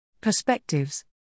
Perspectives